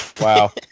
Wow